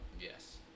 Yes